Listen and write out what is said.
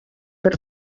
per